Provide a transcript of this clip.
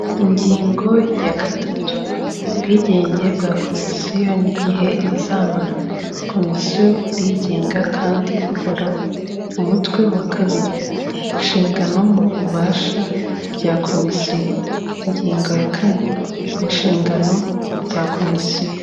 Ingingo ya gatatu, ubwigenge bwa komisiyo n'igihe izamara komisiyo irigenga kandi ihoraho. Umutwe wa kabiri inshingano n'ububasha bya komisi. Ingingo ya kane inshingano za komisiyo.